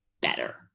better